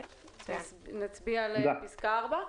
נצביע על פסקה (4)?